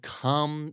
come